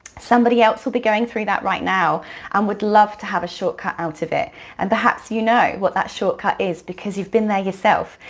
somebody else will be going through that right now and would love to have a shortcut out of it and perhaps you know what that shortcut is because you've been there yourself.